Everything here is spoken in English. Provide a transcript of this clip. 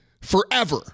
forever